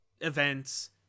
events